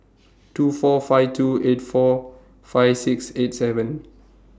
two four five two eight four five six eight seven